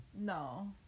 No